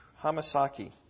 Hamasaki